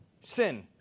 sin